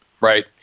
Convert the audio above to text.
right